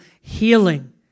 healing